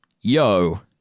Yo